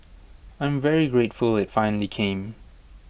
I am very grateful IT finally came